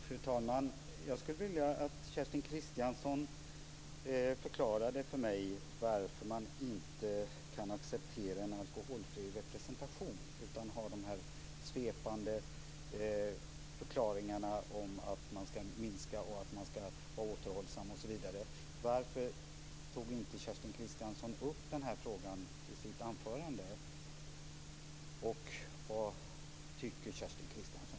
Fru talman! Jag skulle vilja att Kerstin Kristiansson Grahn förklarade för mig varför man inte kan acceptera en alkoholfri representation utan i stället har de svepande förklaringarna om att vara återhållsam osv. Varför tog inte Kerstin Kristiansson Grahn upp den frågan i sitt anförande? Vad tycker Kerstin